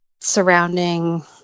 surrounding